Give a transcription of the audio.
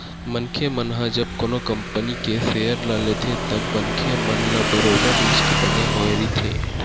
मनखे मन ह जब कोनो कंपनी के सेयर ल लेथे तब मनखे मन ल बरोबर रिस्क बने होय रहिथे